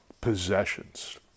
possessions